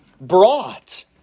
brought